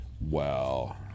Wow